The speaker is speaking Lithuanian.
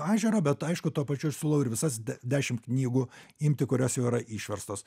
ažero bet aišku tuo pačiu aš siūlau ir visas de dešim knygų imti kurios jau yra išverstos